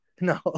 No